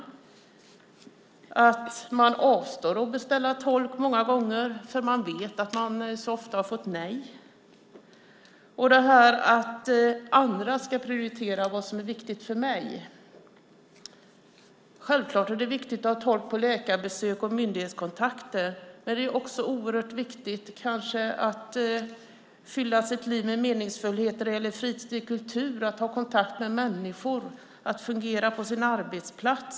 Människor avstår många gånger från att beställa tolk eftersom de vet att de så ofta har fått nej. Det handlar om att andra prioriterar vad som är viktigt för en själv. Självfallet är det viktigt att ha tolk vid läkarbesök och myndighetskontakter. Men det är också oerhört viktigt att fylla sitt liv med meningsfullheter i fritid och kultur, att ha kontakt med människor och att fungera på sin arbetsplats.